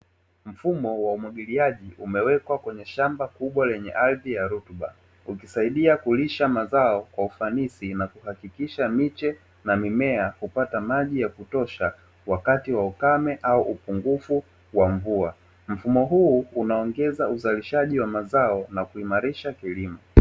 Mfumo wa umwagiliaji umewekwa kwenye shamba kubwa lenye ardhi yenye rutuba, ukisaidia kulisha mazo kwa ufanisi na kuhakikisha miche ya mimea hupata maji ya kutosha wakati wa ukame au upungufu wa mvua. Mfumo huu unaongeza uzalishaji wa mazao na kuimarisha kilimo.